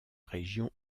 région